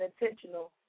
intentional